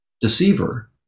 deceiver